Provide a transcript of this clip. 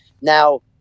Now